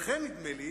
נדמה לי